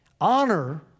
honor